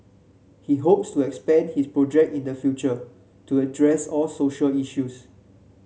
he hopes to expand his project in the future to address all social issues